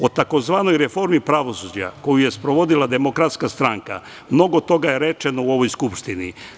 O tzv. reformi pravosuđa koju je sprovodila Demokratska stranka mnogo toga je rečeno u ovoj Skupštini.